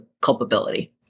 culpability